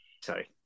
sorry